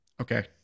Okay